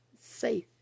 safe